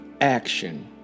action